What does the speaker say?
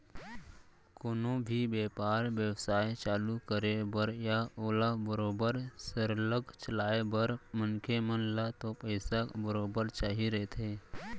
कोनो भी बेपार बेवसाय चालू करे बर या ओला बरोबर सरलग चलाय बर मनखे मन ल तो पइसा बरोबर चाही रहिथे